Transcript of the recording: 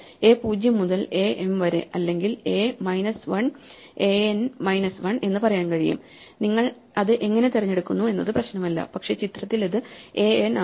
a 0 മുതൽa m വരെ അല്ലെങ്കിൽ a minus 1 a n minus 1 എന്ന് പറയാൻ കഴിയും നിങ്ങൾ അത് എങ്ങനെ തിരഞ്ഞെടുക്കുന്നു എന്നത് പ്രശ്നമല്ല പക്ഷേ ചിത്രത്തിൽ ഇത് a n ആണ്